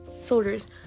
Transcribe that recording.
soldiers